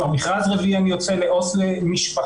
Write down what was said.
כבר מכרז רביעי אני יוצא לעו"ס למשפחה,